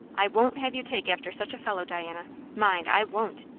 i. won't have you take after such a fellow, diana mind, i won't.